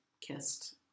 kissed